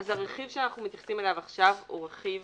אז הרכיב שאנחנו מתייחסים אליו עכשיו הוא רכיב